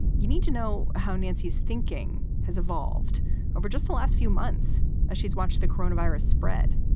you need to know how nancy's thinking has evolved over just the last few months as she's watched the coronavirus spread.